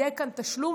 יהיה כאן תשלום,